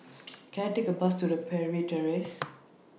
Can I Take A Bus to Parry Terrace